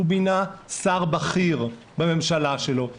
הוא מינה שר בכיר בממשלה שלו שהוא גאה,